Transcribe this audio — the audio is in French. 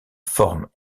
forme